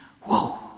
whoa